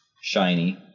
shiny